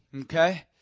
Okay